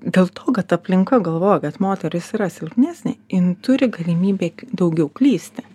dėl to kad aplinka galvoja kad moteris yra silpnesnė jin turi galimybę daugiau klysti